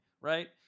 Right